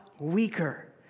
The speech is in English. weaker